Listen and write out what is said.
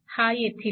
हा येथील